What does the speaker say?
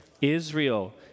Israel